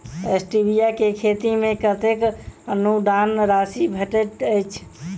Stevia केँ खेती मे कतेक अनुदान राशि भेटैत अछि?